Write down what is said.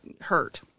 hurt